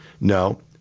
No